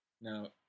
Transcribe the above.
Now